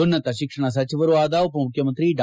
ಉನ್ನತ ಶಿಕ್ಷಣ ಸಚಿವರೂ ಆದ ಉಪ ಮುಖ್ಯಮಂತ್ರಿ ಡಾ